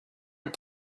and